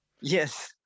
Yes